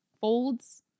folds